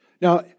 Now